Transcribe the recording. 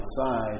outside